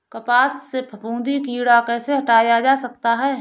कपास से फफूंदी कीड़ा कैसे हटाया जा सकता है?